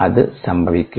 അത് സംഭവിക്കില്ല